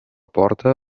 porta